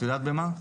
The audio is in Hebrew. את יודעת במה?